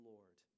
Lord